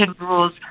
rules